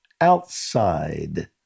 outside